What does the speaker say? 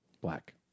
black